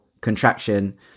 contraction